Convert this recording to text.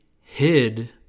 hid